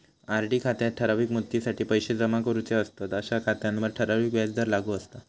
RD खात्यात ठराविक मुदतीसाठी पैशे जमा करूचे असतंत अशा खात्यांवर ठराविक व्याजदर लागू असता